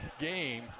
game